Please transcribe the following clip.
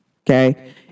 Okay